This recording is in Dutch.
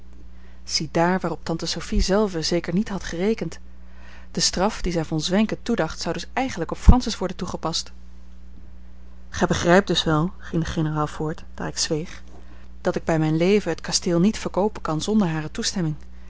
ziedaar waarop tante sophie zelve zeker niet had gerekend de straf die zij von zwenken toedacht zou dus eigenlijk op francis worden toegepast gij begrijpt dus wel ging de generaal voort daar ik zweeg dat ik bij mijn leven het kasteel niet verkoopen kan zonder hare toestemming